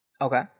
Okay